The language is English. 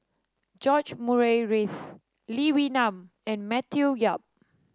George Murray Reith Lee Wee Nam and Matthew Yap